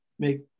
make